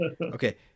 Okay